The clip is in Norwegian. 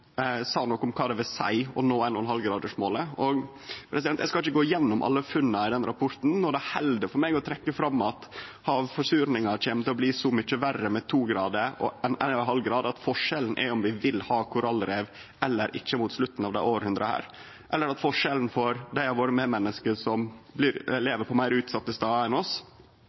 sa noko om kva det vil seie å nå 1,5-gradersmålet. Eg skal ikkje gå gjennom alle funna i den rapporten. Det held for meg å trekkje fram at havforsuringa kjem til å bli så mykje verre med 2 grader enn med 1,5 grader, at forskjellen er om vi vil ha korallrev eller ikkje mot slutten av dette hundreåret – eller at forskjellen vil vere stor for dei av våre medmenneske som lever på meir utsette stadar enn oss,